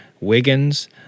Wiggins